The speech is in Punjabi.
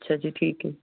ਅੱਛਾ ਜੀ ਠੀਕ ਹੈ